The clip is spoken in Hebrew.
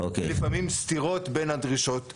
ולפעמים סתירות בין הדרישות שמגיעות.